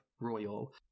Royal